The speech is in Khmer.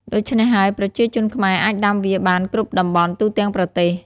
ដូច្នេះហើយ ប្រជាជនខ្មែរអាចដាំវាបានគ្រប់តំបន់ទូទាំងប្រទេស។